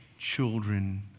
Children